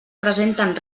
presenten